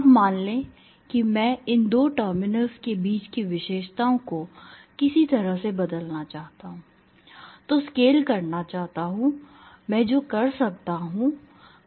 अब मान लें कि मैं इन दो टर्मिनल्स के बीच की विशेषताओं को किसी तरह से बदलना चाहता हूं I को स्केल करना चाहता हूँ मैं जो कर सकता हूं वह निम्नलिखित है